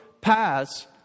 paths